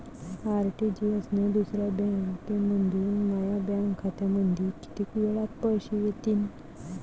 RTGS न दुसऱ्या बँकेमंधून माया बँक खात्यामंधी कितीक वेळातं पैसे येतीनं?